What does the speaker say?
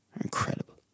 incredible